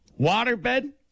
Waterbed